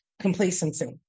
complacency